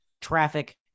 traffic